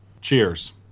Cheers